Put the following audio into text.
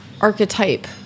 archetype